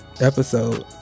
Episode